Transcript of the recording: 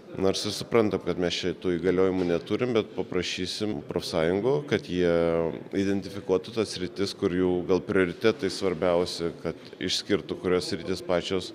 nors ir suprantam kad mes čia tų įgaliojimų neturim bet paprašysim profsąjungų kad jie identifikuotų tas sritis kur jų gal prioritetai svarbiausi kad išskirtų kurios sritys pačios